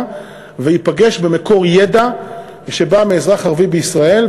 וייפגש עם מקור ידע שבא מאזרח ערבי בישראל.